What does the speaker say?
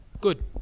Good